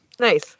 nice